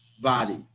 body